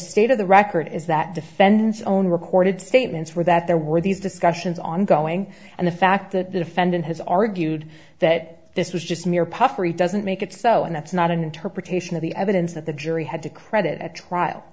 state of the record is that defendants own reported statements were that there were these discussions ongoing and the fact that the defendant has argued that this was just mere puffery doesn't make it so and that's not an interpretation of the evidence that the jury had to credit at trial